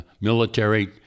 military